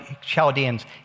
Chaldeans